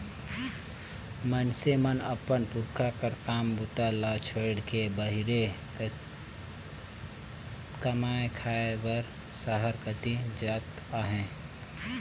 मइनसे मन अपन पुरखा कर काम बूता ल छोएड़ के बाहिरे कमाए खाए बर सहर कती जात अहे